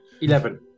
Eleven